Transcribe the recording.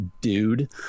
dude